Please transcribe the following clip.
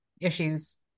issues